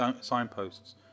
signposts